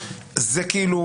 זה כאילו